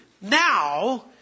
now